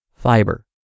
fiber